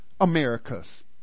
Americas